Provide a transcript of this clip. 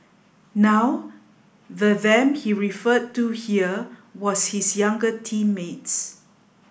now the them he referred to here was his younger teammates